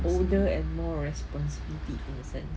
older and more responsibility in a sense